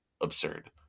absurd